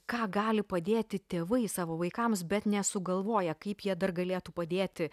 ką gali padėti tėvai savo vaikams bet nesugalvoja kaip jie dar galėtų padėti